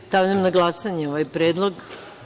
Stavljam na glasanje ovaj predlog.